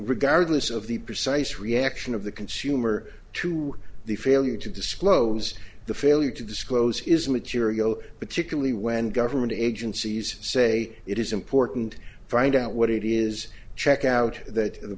regardless of the precise reaction of the consumer to the failure to disclose the failure to disclose is material particularly when government agencies say it is important find out what it is check out that the